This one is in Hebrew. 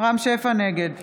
נגד